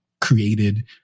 created